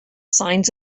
signs